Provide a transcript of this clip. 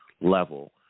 level